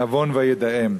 נבון וידעם,